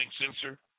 sensor